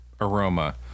aroma